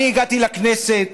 אני הגעתי לכנסת,